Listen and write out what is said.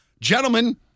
gentlemen